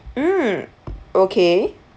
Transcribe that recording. mm okay